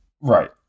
Right